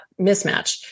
mismatch